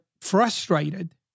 frustrated